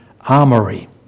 armory